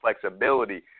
flexibility